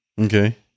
okay